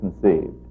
conceived